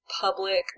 public